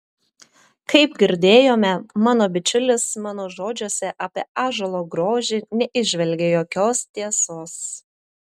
kaip girdėjome mano bičiulis mano žodžiuose apie ąžuolo grožį neįžvelgė jokios tiesos